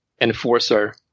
enforcer